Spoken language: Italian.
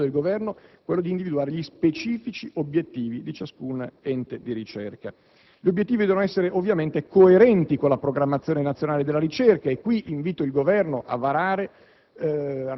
compito del Governo individuare gli specifici obiettivi di ciascun ente di ricerca. Gli obiettivi devono essere ovviamente coerenti con la programmazione nazionale della ricerca e qui invito il Governo a varare